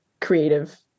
creative